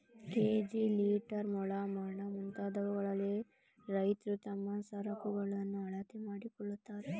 KG, litre, ಮೊಳ, ಮಣ, ಮುಂತಾದವುಗಳಲ್ಲಿ ರೈತ್ರು ತಮ್ಮ ಸರಕುಗಳನ್ನು ಅಳತೆ ಮಾಡಿಕೊಳ್ಳುತ್ತಾರೆ